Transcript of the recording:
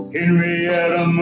Henrietta